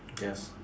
yes